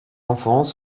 enfants